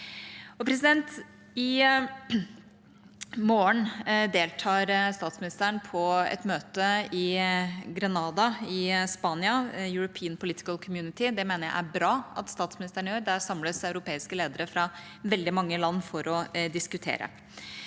I morgen deltar statsministeren på et møte i Granada i Spania, i European Political Community. Det mener jeg det er bra at statsministeren gjør. Der samles europeiske ledere fra veldig mange land for å diskutere.